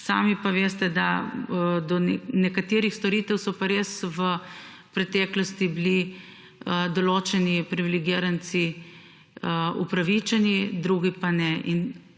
Sami veste, da so do nekaterih storitev pa res bili v preteklosti določeni privilegiranci upravičeni, drugi pa ne.